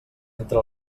entra